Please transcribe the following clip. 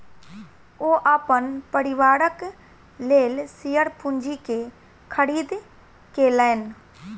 ओ अपन परिवारक लेल शेयर पूंजी के खरीद केलैन